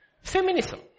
Feminism